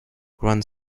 ground